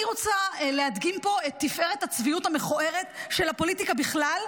אני רוצה להדגים פה את תפארת הצביעות המכוערת של הפוליטיקה בכלל,